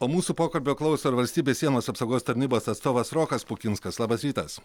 o mūsų pokalbio klauso ir valstybės sienos apsaugos tarnybos atstovas rokas pukinskas labas rytas